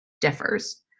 differs